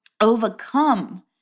overcome